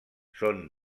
són